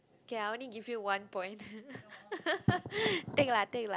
k I only give you one point take lah take lah